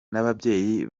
n’ababyeyi